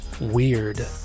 Weird